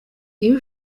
iyo